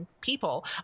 people